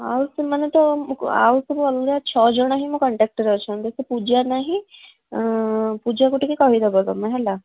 ଆଉ ସେମାନେ ତ ଆଉ ସବୁ ଅଲଗା ଛଅ ଜଣ ହିଁ ମୋ କଣ୍ଟାକ୍ଟରେ ଅଛନ୍ତି ସେ ପୂଜା ନାହିଁ ପୂଜାକୁ ଟିକେ କହିଦେବ ତମେ ହେଲା